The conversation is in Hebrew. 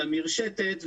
למרשתת,